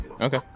okay